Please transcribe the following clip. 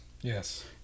Yes